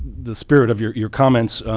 the spirit of your your comments.